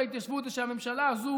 זה שהממשלה הזו